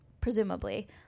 presumably